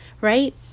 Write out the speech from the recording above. right